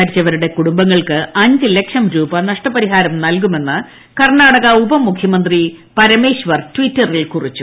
മരിച്ചവരുടെ കുടുംബങ്ങൾക്ക് അഞ്ച് ലക്ഷംരൂപ നഷ്ടപരിഹാരം നൽകുമെന്ന് കർണാടക ഉപമുഖ്യമന്ത്രി പരമേശ്വർ ട്ടിറ്ററിൽ കുറിച്ചു